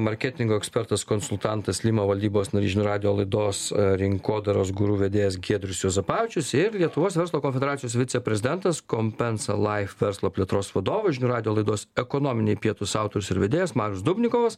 marketingo ekspertas konsultantas lima valdybos narys žinių radijo laidos rinkodaros guru vedėjas giedrius juozapavičius ir lietuvos verslo konfederacijos viceprezidentas kompensa laif verslo plėtros vadovas žinių radijo laidos ekonominiai pietūs autorius ir vedėjas marius dubnikovas